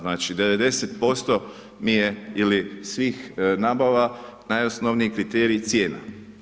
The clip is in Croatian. Znači 90% mi je ili svih nabava najosnovniji kriterij cijena.